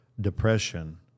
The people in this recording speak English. depression